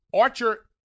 archer